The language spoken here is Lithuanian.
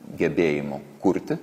gebėjimu kurti